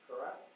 correct